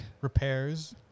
repairs